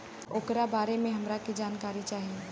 ओकरा बारे मे हमरा के जानकारी चाही?